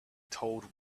told